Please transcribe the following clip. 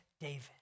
David